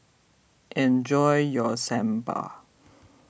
enjoy your Sambar